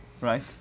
right